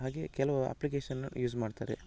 ಹಾಗೇ ಕೆಲವು application use ಮಾಡ್ತಾರೆ